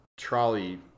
Trolley